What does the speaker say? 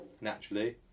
naturally